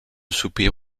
soupir